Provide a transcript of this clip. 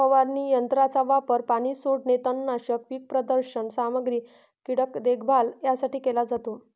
फवारणी यंत्राचा वापर पाणी सोडणे, तणनाशक, पीक प्रदर्शन सामग्री, कीटक देखभाल यासाठी केला जातो